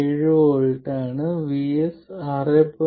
7 V ആണ് VS 6